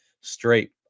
straight